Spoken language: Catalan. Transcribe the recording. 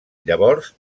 llavors